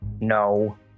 No